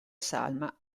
salma